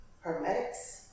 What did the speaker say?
hermetics